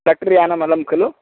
ट्रेक्ट्रि यानम् अलं खलु